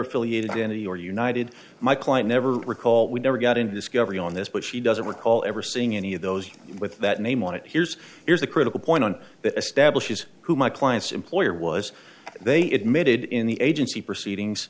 affiliated entity or united my client never recall we never got into discovery on this but she doesn't recall ever seeing any of those with that name on it here's here's a critical point on that establishes who my clients employer was they admitted in the agency proceedings